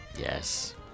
Yes